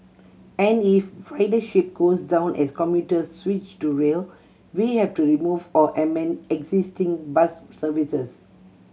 and if ridership goes down as commuters switch to rail we have to remove or amend existing bus services